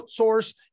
outsource